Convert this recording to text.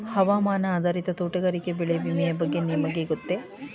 ಹವಾಮಾನ ಆಧಾರಿತ ತೋಟಗಾರಿಕೆ ಬೆಳೆ ವಿಮೆಯ ಬಗ್ಗೆ ನಿಮಗೆ ಗೊತ್ತೇ?